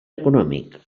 econòmic